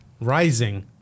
rising